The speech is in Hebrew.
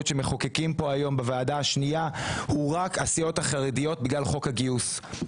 שמחוקקים כאן היום בוועדה השנייה הוא רק הסיעות החרדיות בגלל חוק הגיוס.